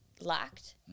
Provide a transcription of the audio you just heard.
lacked